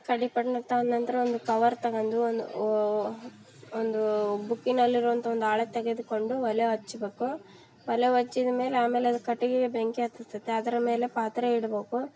ಕಡ್ಡಿ ಪೊಟ್ಣ ತಗೊಂಡ್ ನಂತರ ಒಂದು ಕವರ್ ತಗೊಂಡು ಒಂದು ಒಂದು ಬುಕ್ಕಿನಲ್ಲಿರುವಂಥ ಒಂದು ಹಾಳೆ ತೆಗೆದುಕೊಂಡು ಒಲೆ ಹಚ್ಬೇಕು ಒಲೆ ಹಚ್ಚಿದ್ ಮೇಲೆ ಆಮೇಲೆ ಕಟ್ಟಿಗೆ ಬೆಂಕಿ ಹತ್ತುತದೆ ಅದರ ಮೇಲೆ ಪಾತ್ರೆ ಇಡ್ಬೇಕು